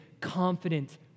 confident